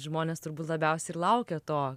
žmones turbūt labiausiai ir laukia to